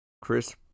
Chris